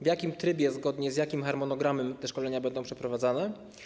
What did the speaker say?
W jakim trybie, zgodnie z jakim harmonogramem te szkolenia będą przeprowadzane?